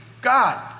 God